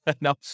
No